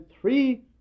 three